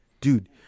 Dude